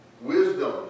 Wisdom